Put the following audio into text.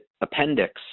appendix